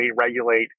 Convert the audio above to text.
regulate